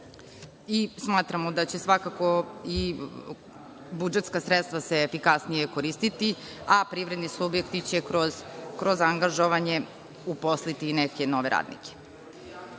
Smatramo da će se svakako i budžetska sredstva efikasnije koristiti, a privredni subjekti će kroz angažovanje koristiti i neke nove radnike. Od